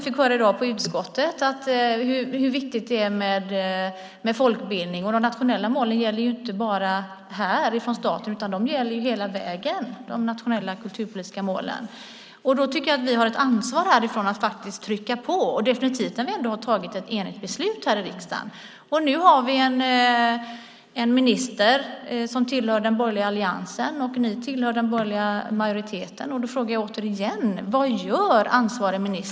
Tidigare i dag i utskottet hörde vi hur viktigt det är med folkbildning. Beträffande de nationella kulturpolitiska målen gäller det inte bara staten utan hela vägen. Därför tycker jag att vi här har ett ansvar att trycka på; så är det definitivt, särskilt som vi enigt har fattat beslut här i riksdagen. Nu har vi en minister som tillhör den borgerliga alliansen. Återigen frågar jag er i den borgerliga majoriteten: Vad gör ansvarig minister?